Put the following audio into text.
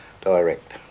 direct